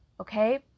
Okay